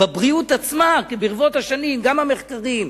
בבריאות עצמה, כי ברבות השנים, גם המחקרים,